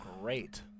great